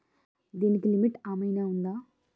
దీనికి లిమిట్ ఆమైనా ఉందా?